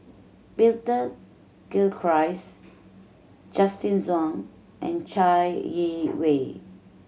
Peter Gilchrist Justin Zhuang and Chai Yee Wei